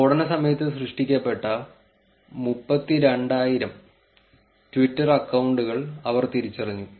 സ്ഫോടന സമയത്ത് സൃഷ്ടിക്കപ്പെട്ട 32000 ട്വിറ്റർ അക്കൌണ്ടുകൾ അവർ തിരിച്ചറിഞ്ഞു